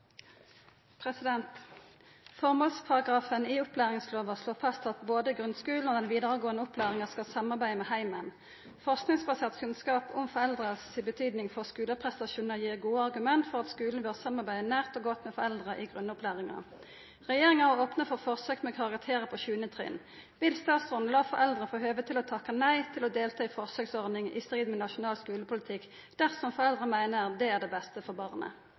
i opplæringslova slår fast at både grunnskulen og den vidaregåande opplæringa skal samarbeide med heimen. Forskingsbasert kunnskap om foreldra si betyding for skuleprestasjonar gir gode argument for at skulen bør samarbeide nært og godt med foreldra i grunnopplæringa. Regjeringa har opna for forsøk med karakterar på 7. trinn. Vil statsråden la foreldre få høve til å takke nei til å delta i forsøksordning i strid med nasjonal skulepolitikk, dersom foreldra meiner det er det beste for barnet?»